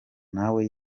nawe